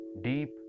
deep